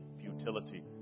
futility